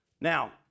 Now